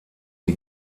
sie